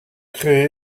créés